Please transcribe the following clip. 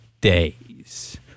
days